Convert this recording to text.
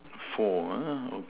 four uh okay